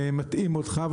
מטעים אותך,